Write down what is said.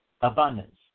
abundance